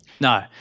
No